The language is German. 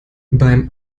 beim